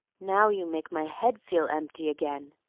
now you make my head feel empty again,